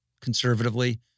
conservatively